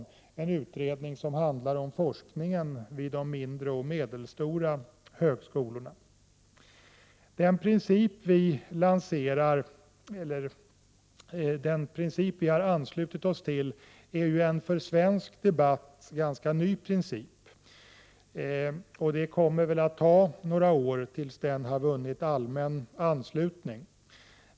Det är en utredning som handlar om forskningen vid de mindre och medelstora högskolorna. Vi i folkpartiet har anslutit oss till en för svensk debatt ganska ny princip, och det kommer väl att ta några år innan den har vunnit allmän anslutning.